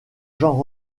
jean